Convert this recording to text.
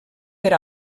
per